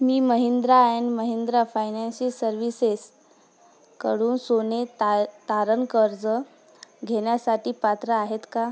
me Mahindra and Mahindra financial सर्व्हिसेसकडून सोने ता तारण कर्ज घेण्यासाठी पात्र आहे का